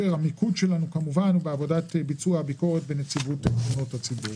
המיקוד שלנו הוא בעבודת ביצוע הביקורת ונציבות תלונות הציבור.